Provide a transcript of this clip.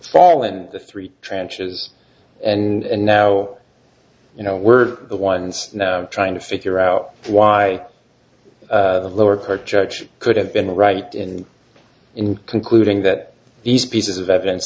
fall and the three tranches and now you know we're the ones now trying to figure out why the lower court judge could have been right in in concluding that these pieces of evidence